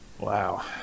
Wow